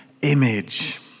image